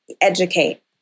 educate